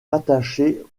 rattachée